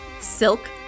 Silk